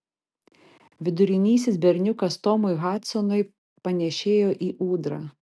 vidurinysis berniukas tomui hadsonui panėšėjo į ūdrą